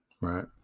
right